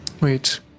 wait